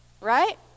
Right